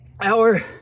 Hour